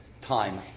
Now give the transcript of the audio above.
time